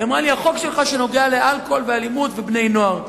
היא אמרה לי: החוק שלך שנוגע לאלכוהול ואלימות ובני נוער.